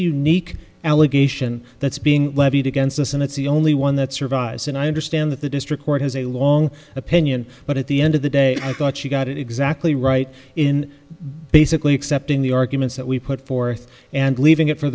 unique allegation that's being levied against us and it's the only one that survives and i understand that the district court has a long opinion but at the end of the day i thought she got it exactly right in basically accepting the arguments that we put forth and leaving it for